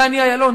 דני אילון,